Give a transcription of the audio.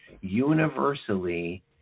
universally